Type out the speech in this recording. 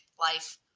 life